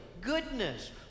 goodness